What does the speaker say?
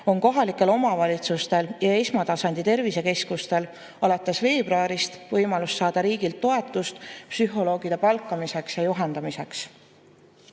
on kohalikel omavalitsustel ja esmatasandi tervisekeskustel alates veebruarist võimalus saada riigilt toetust psühholoogide palkamiseks ja juhendamiseks.